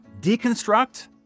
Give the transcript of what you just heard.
deconstruct